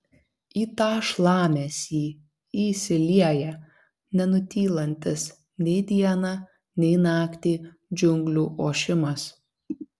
į tą šlamesį įsilieja nenutylantis nei dieną nei naktį džiunglių ošimas